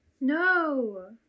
No